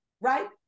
right